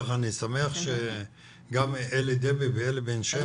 אני שמח שגם אלי דבי וגם אלי בן שם